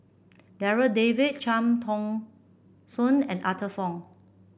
Darryl David Cham Tao Soon and Arthur Fong